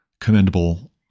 commendable